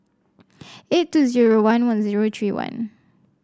eight two one one three one